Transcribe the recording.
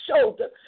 shoulder